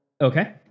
Okay